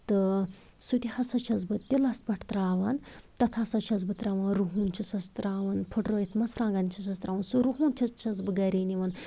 تہٕ سُہ تہٕ ہسا چھَس بہٕ تِلَس پٮ۪ٹھ تراوان تَتھ ہسا چھَس بہٕ تراوان رُہُن چھَسس تراوان پھٕٹرٲیِتھ مرژٕوانگَن چھَسس تراوان سُہ رُہُن چھَس چھَس بہٕ گَرے نِوان